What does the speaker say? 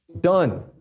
Done